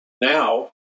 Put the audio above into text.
now